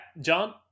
John